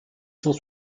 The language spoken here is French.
cent